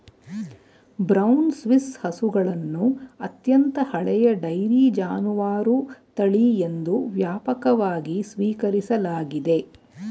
brown Swiss ಹಸುಗಳನ್ನು ಅತ್ಯಂತ ಹಳೆಯ ಡೈರಿ ಜಾನುವಾರು ತಳಿ ಎಂದು ವ್ಯಾಪಕವಾಗಿ ಸ್ವೀಕರಿಸಲಾಗಿದೆ